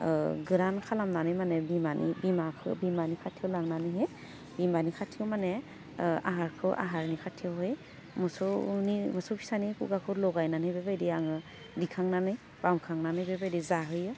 ओह गोरान खालामनानै माने बिमानि बिमाखो बिमानि खाथियाव लांनानैहै बिमानि खाथियाव माने ओह आहारखौ आहारनि खाथियावहै मोसौनि मोसौ फिसानि खुगाखौ लगायनानै बेबायदि आङो दिखांनानै बामखांनानै बेबायदि जाहोयो